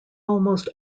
almost